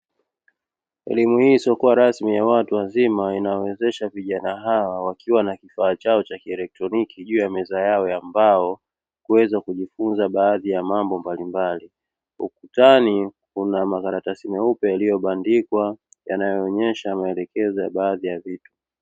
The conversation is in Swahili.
Elimu hii isiyokua rasmi ya watu wazima inawawezesha vijana hawa wakiwa na kifaa chao cha kielektroniki juu ya meza yao ya mbao kuweza kujifunza baadhi ya mambo mbaimbali. Ukutani kuna makaratasi meupe yaliyobandikwa yanayoonesha maelekezo ya baadhi ya vitu.